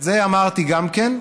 את זה אמרתי גם כן.